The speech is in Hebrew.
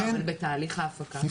אבל בתהליך ההפקה?